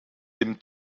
dem